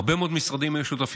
הרבה מאוד משרדים היו שותפים,